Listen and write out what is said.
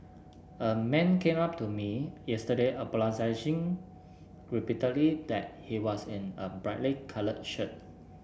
a man came up to me yesterday apologising repeatedly that he was in a brightly coloured shirt